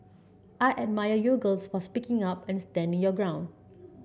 I admire you girls for speaking up and standing your ground